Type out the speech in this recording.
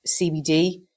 CBD